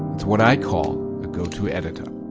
it's what i call a go-to editor.